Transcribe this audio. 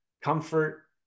comfort